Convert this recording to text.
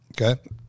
okay